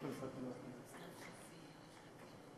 כ"ז באייר התשע"ד (27 במאי 2014)